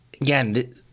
again